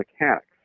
mechanics